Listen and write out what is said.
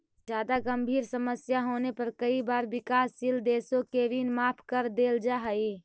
जादा गंभीर समस्या होने पर कई बार विकासशील देशों के ऋण माफ कर देल जा हई